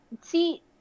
See